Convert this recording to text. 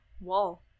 wall